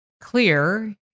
clear